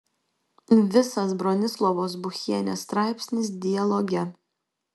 visas bronislavos buchienės straipsnis dialoge